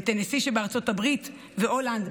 טנסי שבארצות הברית והולנד,